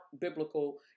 biblical